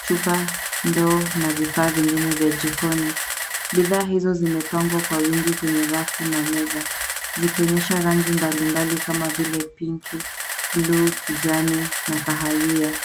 chupa, ndoo na vifaa vingine vya jikono. Bidhaa hizo zimepangwa kwa wingi kwenye rafu na meza, zikionyesha rangi mbali mbali kama vile: pinki , bluu, kijani na kahawia.